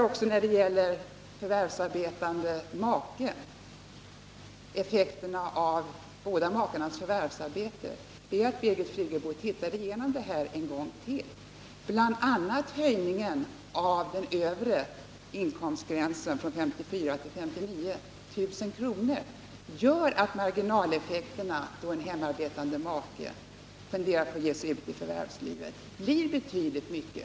Beträffande effekterna av båda makarnas förvärvsarbete ber jag Birgit Friggebo se igenom förslaget en gång till. Bl. a. en höjning av den övre inkomstgränsen från 54 000 till 59 000 kr. gör att marginaleffekterna, när en hemmaarbetande make funderar på att ge sig ut i förvärvslivet, blir betydligt värre.